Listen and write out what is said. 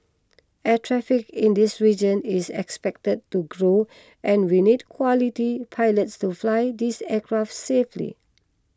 air traffic in this region is expected to grow and we need quality pilots to fly these aircraft safely